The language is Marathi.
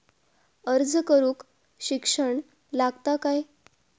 अर्ज करूक शिक्षण लागता काय?